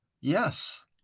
Yes